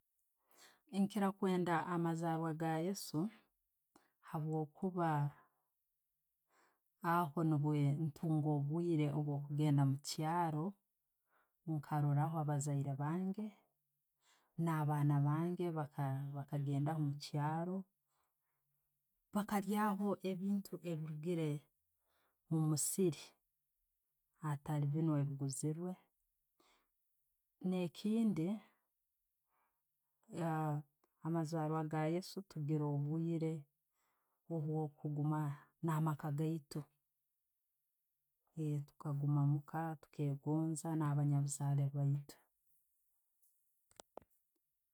Ninkira kwenda amazaarwa ga yesu habwokuba aho nubwo ntunga obwiire obwokugenda omu kyaro nkarora aho bazaire bange, na#baana bange bakagendaho omukyaro bakalyaho ebintu ebirugiire omumusiiri hataali biinu ebiguziirwee. Ne'kindi, amazarwa ga yesu tugiira obwiire obwo'kuguma na amaaka gaitu, tugaguma muuka tukegonza nabanyabuzaare baitu.